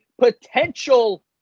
potential